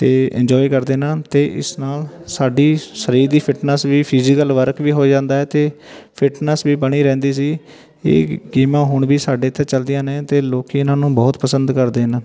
ਅਤੇ ਇੰਜੋਏ ਕਰਦੇ ਨਾ ਅਤੇ ਇਸ ਨਾਲ ਸਾਡੀ ਸਰੀਰ ਦੀ ਫਿਟਨੈਸ ਵੀ ਫਿਜੀਕਲ ਵਰਕ ਵੀ ਹੋ ਜਾਂਦਾ ਹੈ ਅਤੇ ਫਿਟਨੈਸ ਵੀ ਬਣੀ ਰਹਿੰਦੀ ਸੀ ਇਹ ਗੇਮਾਂ ਹੁਣ ਵੀ ਸਾਡੇ ਇੱਥੇ ਚੱਲਦੀਆਂ ਨੇ ਅਤੇ ਲੋਕ ਇਹਨਾਂ ਨੂੰ ਬਹੁਤ ਪਸੰਦ ਕਰਦੇ ਹਨ